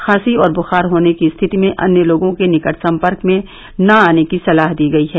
खांसी और बुखार होने की स्थिति में अन्य लोगों के निकट संपर्क में न आने की सलाह दी गई है